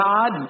God